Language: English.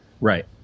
Right